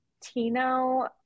tino